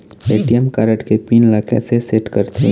ATM card के pin ला कैसे सेट करथे?